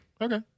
Okay